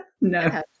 No